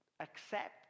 accept